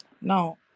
Now